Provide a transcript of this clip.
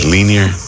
Linear